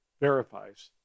verifies